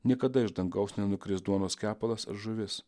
niekada iš dangaus nenukris duonos kepalas ar žuvis